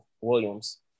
Williams